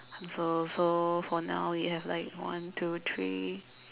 so so so for now you have like one two three